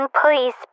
please